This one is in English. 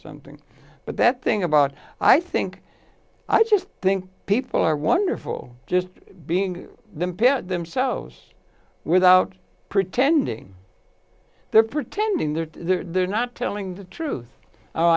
something but that thing about i think i just think people are wonderful just being themselves without pretending they're pretending they're they're not telling the truth oh